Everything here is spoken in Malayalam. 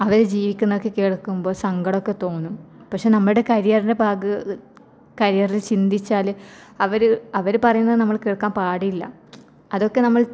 അവർ ജീവിക്കുന്നതൊക്കെ കേൾക്കുമ്പോൾ സങ്കടമൊക്കെ തോന്നും പക്ഷേ നമ്മുടെ കരിയറിൻ്റെ ഭാഗ കരിയറിൽ ചിന്തിച്ചാൽ അവർ അവർ പറയുന്നത് നമ്മൾ കേൾക്കാൻ പാടില്ല അതൊക്കെ നമ്മൾ